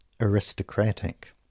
aristocratic